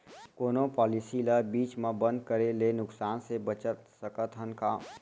कोनो पॉलिसी ला बीच मा बंद करे ले नुकसान से बचत सकत हन का?